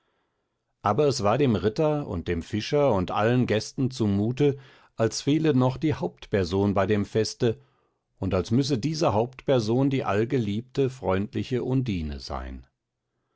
aber es war dem ritter und dem fischer und allen gästen zumute als fehle noch die hauptperson bei dem feste und als müsse diese hauptperson die allgeliebte freundliche undine sein